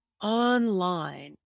online